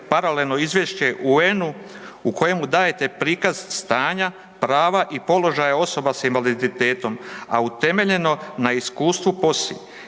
paralelno izvješće UN-u u kojem dajete prikaz stanja, prava i položaja osoba sa invaliditetom, a utemeljeno na iskustvu POSI